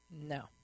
No